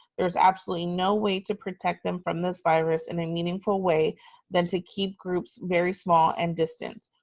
there's absolutely no way to protect them from this virus in a meaningful way than to keep groups very small and distant.